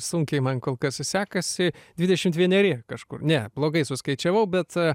sunkiai man kol kas sekasi dvidešimt vieneri kažkur ne blogai suskaičiavau bet